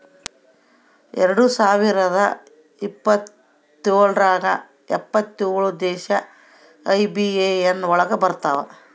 ಎರಡ್ ಸಾವಿರದ ಇಪ್ಪತ್ರೊಳಗ ಎಪ್ಪತ್ತೇಳು ದೇಶ ಐ.ಬಿ.ಎ.ಎನ್ ಒಳಗ ಬರತಾವ